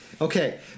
Okay